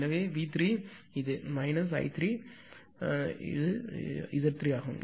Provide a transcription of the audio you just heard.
எனவே வி 3 இது minus I3 இதுதான் இது Z3 ஆகும்